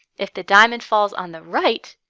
if the diamond falls on the right,